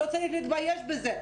לא צריך להתבייש בזה.